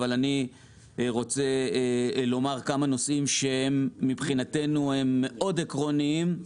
אני רוצה לומר כמה נושאים שמבחינתנו הם עקרוניים מאוד